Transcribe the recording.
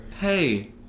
hey